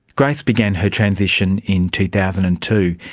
grace began her transition in two thousand and two.